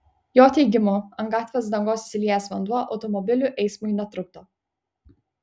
jo teigimu ant gatvės dangos išsiliejęs vanduo automobilių eismui netrukdo